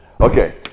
Okay